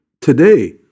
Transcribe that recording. today